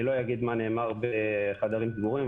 לא אגיד מה נאמר בחדרים סגורים,